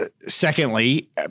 secondly